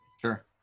Sure